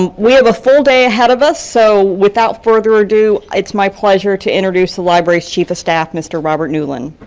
um we have a full day ahead of us, so without further ado, it's my pleasure to introduce the library's chief of staff, mr. robert newlen.